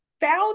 found